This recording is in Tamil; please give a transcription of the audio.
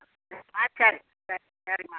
ஆ சரிம்மா சரி சரிம்மா